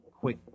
Quick